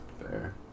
Fair